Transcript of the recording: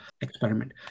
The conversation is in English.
experiment